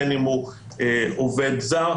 בין אם הוא עובד זר.